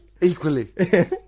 Equally